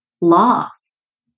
loss